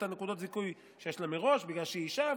נקודות הזיכוי שיש לה מראש בגלל שהיא אישה,